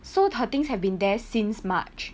so her things have been there since march